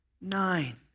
nine